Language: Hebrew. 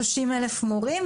שלושים אלף מורים,